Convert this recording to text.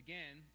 Again